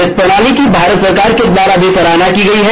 इस प्रणाली की भारत सरकार के द्वारा भी सराहना की गई है